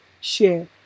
share